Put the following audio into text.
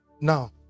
now